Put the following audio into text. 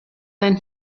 than